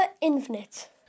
infinite